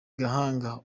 gahanga